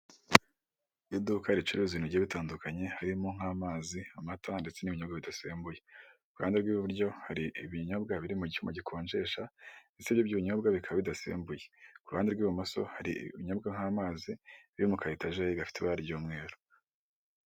Iduka ricuruza ibintu bigiye bitandukanye harimo nk'amazi, amata ndetse n'ibinyobwa bidasembuye, ku ruhande rw'iburyo hari ibinyobwa biri mu cyuma gikonjesha ndetse nibyo binyobwa bikaba bidasembuye, ku ruhande rw'ibumoso hari ibinyobwa nk'amazi biri muka etajeri gafite ibara ry'umweru.